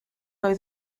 oedd